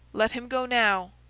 let him go now,